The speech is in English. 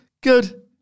Good